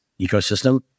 ecosystem